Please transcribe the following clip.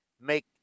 make –